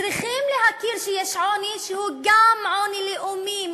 צריכים להכיר שיש עוני שהוא גם עוני לאומי.